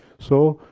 so,